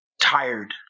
tired